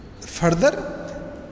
Further